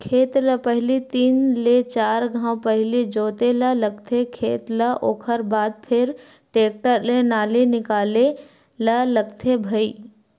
खेत ल पहिली तीन ले चार घांव पहिली जोते ल लगथे खेत ल ओखर बाद फेर टेक्टर ले नाली निकाले ल लगथे भई